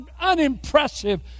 unimpressive